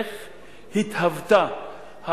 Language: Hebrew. איך התהוותה,